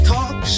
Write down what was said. Talk